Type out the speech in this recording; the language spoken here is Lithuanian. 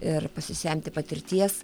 ir pasisemti patirties